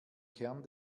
kern